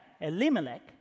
Elimelech